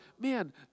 man